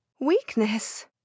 Weakness